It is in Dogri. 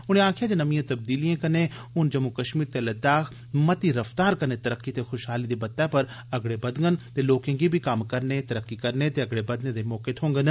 उनें आक्खेआ जे नमिएं तब्दीलिएं कन्नै हून जम्मू कष्मीर ते लद्दाख मती रफ्तार कन्नै तरक्की ते खुषहाली बत्तै पर अगड़े बधगन ते लोकें गी बी कम्म करने तरक्की करने ते अगड़े बधने दे मौके थ्होंडन